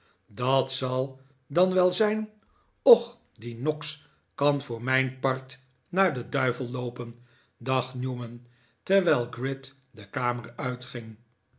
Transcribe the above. dat zal dan wel zijn och die noggs kan voor mijn part naar den duivel loopen dacht newman terwijl gride de kamer uitging